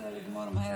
רוצה לגמור מהר,